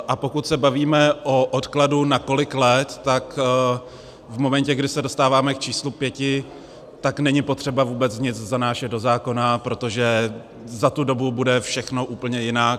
A pokud se bavíme o odkladu na kolik let, tak v momentu, kdy se dostáváme k číslu pěti, tak není potřeba vůbec nic zanášet do zákona, protože za tu dobu bude všechno úplně jinak.